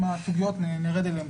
תודה.